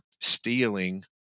stealing